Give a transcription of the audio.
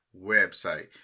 website